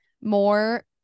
more